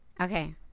Okay